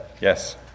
Yes